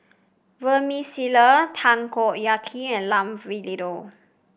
Vermicelli Takoyaki and Lamb Vindaloo